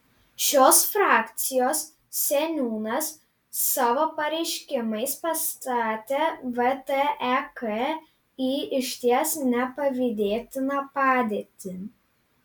šios frakcijos seniūnas savo pareiškimais pastatė vtek į išties nepavydėtiną padėtį